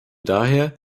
daher